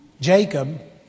Jacob